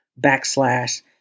backslash